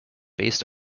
based